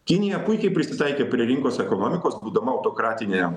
kinija puikiai prisitaikė prie rinkos ekonomikos būdama autokratinė